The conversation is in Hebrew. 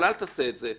אבל אל תעשה את זה.